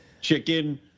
chicken